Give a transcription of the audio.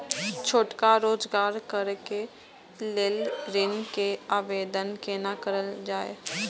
छोटका रोजगार करैक लेल ऋण के आवेदन केना करल जाय?